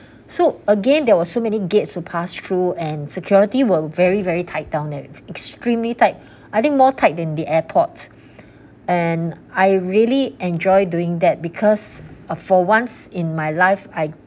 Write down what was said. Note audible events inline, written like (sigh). so again there was so many gates to pass through and security were very very tied down there extremely tight I think more tight than the airport (breath) and I really enjoyed doing that because uh for once in my life I